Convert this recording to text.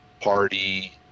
party